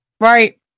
Right